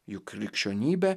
juk krikščionybė